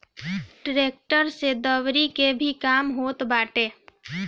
tractor से दवरी के भी काम होत बाटे